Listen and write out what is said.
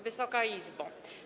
Wysoka Izbo!